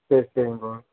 சரி சரிங்க ப்ரோ